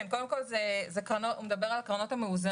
קודם כול, הוא מדבר על הקרנות המאוזנות.